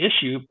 issue